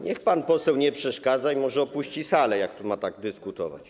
Niech pan poseł nie przeszkadza i może opuści salę, jeżeli ma tu tak dyskutować.